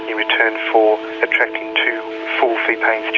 return for attracting two full-fee paying